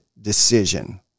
decision